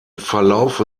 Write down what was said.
verlaufe